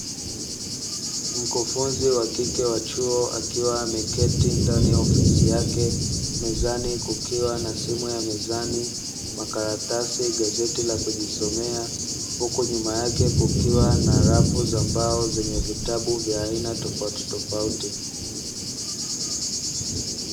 Mkufunzi wa kike wa chuo akiwa ameketi ndani ya ofisi yake, mezani kukiwa na simu ya mezani, makaratasi, gazeti la kujisomea, huku nyuma yake kukiwa na rafu za mbao zenye vitabu vya aina tofauti tofauti.